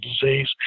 disease